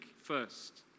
first